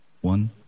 One